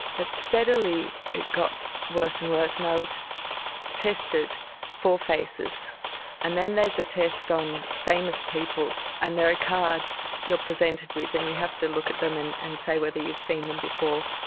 but steadily it got worse and worse and i was tested for faces and then there's a test on famous people and there are cards you are presented with and you have to look at them and and say whether you've seen them before.